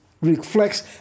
Reflects